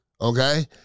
okay